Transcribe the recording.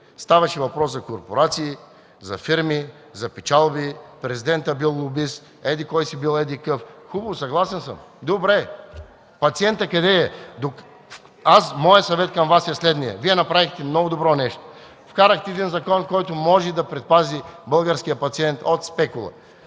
Ставаше въпрос за корпорации, за фирми, за печалби, президентът бил лобист, еди-кой си бил еди-какъв – хубаво, съгласен съм, добре... Пациентът къде е?! Моят съвет към Вас е следният: Вие направихте много добро нещо и вкарахте закон, който може да предпази българския пациент от спекула,